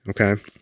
Okay